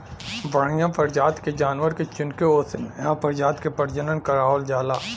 बढ़िया परजाति के जानवर के चुनके ओसे नया परजाति क प्रजनन करवावल जाला